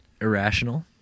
irrational